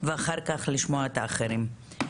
ואחר כך לשמוע את האחרים.